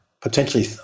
potentially